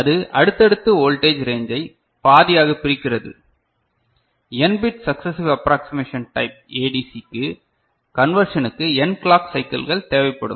இது அடுத்தடுத்து வோல்டேஜ் ரேஞ்சை பாதியாக பிரிக்கிறது n bit successive approximation type ஏடிசிக்கு கன்வர் சனுக்கு n கிளாக் சைக்கிள்கள் தேவைப்படும்